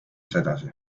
sedasi